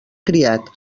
criat